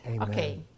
Okay